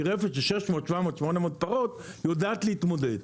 כי רפת של 600-800 פרות יודעת להתמודד.